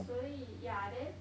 所以 ya then